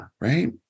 right